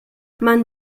man